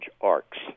arcs